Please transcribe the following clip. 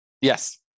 Yes